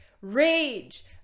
rage